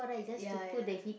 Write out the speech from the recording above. ya ya